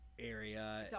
area